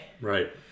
Right